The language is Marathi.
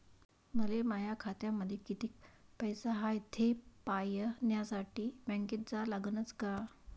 मले माया खात्यामंदी कितीक पैसा हाय थे पायन्यासाठी बँकेत जा लागनच का?